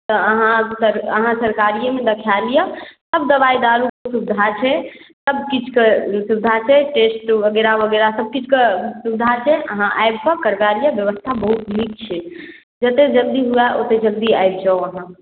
तऽ अहाँ अहाँ सरकारिएमे देखा लिअ सभ दवाइ दारूके सुविधा छै सभ किछुके सुविधा छै टेस्ट वगैरह वगैरह सभकिछुके सुविधा छै अहाँ आबि कऽ करवा लिअ व्यवस्था बहुत नीक छै जतेक जल्दी हुए ओतेक जल्दी आबि जाउ अहाँ